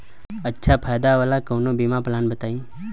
अच्छा फायदा वाला कवनो बीमा पलान बताईं?